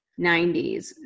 90s